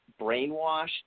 brainwashed